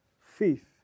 faith